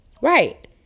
Right